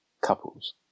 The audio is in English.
Couples